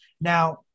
Now